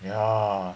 ya